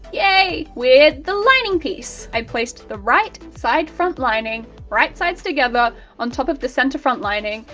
yay! with the lining piece! i placed the right, side-front lining right-sides together on top of the centre-front lining,